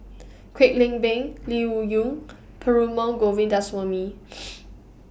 Kwek Leng Beng Lee Wung Yew Perumal Govindaswamy